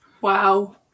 wow